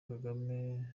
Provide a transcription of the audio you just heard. kagame